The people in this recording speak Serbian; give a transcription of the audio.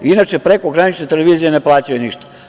Inače, prekogranične televizije ne plaćaju ništa.